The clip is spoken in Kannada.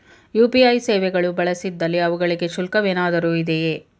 ಯು.ಪಿ.ಐ ಸೇವೆಗಳು ಬಳಸಿದಲ್ಲಿ ಅವುಗಳಿಗೆ ಶುಲ್ಕವೇನಾದರೂ ಇದೆಯೇ?